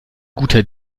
guter